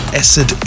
acid